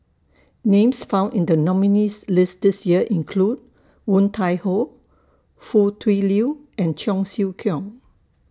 Names found in The nominees' list This Year include Woon Tai Ho Foo Tui Liew and Cheong Siew Keong